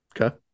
Okay